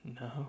No